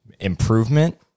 improvement